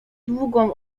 długą